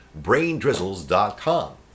Braindrizzles.com